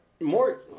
More